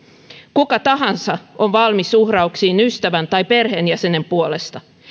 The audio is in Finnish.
kuka tahansa on valmis uhrauksiin ystävän tai perheenjäsenen puolesta